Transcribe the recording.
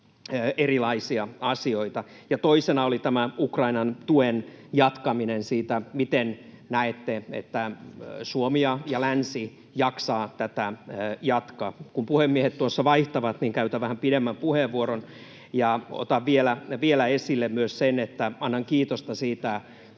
erilaisia asioita? Ja toisena oli tämän Ukrainan tuen jatkaminen. Miten näette, miten Suomi ja länsi jaksavat tätä jatkaa? Kun puhemiehet tuossa nyt vaihtavat, käytän vähän pidemmän puheenvuoron ja otan vielä esille myös sen, että annan kiitosta — varsinkin